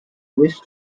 wish